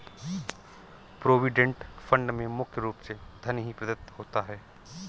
provident fund में मुख्य रूप से धन ही प्रदत्त होता है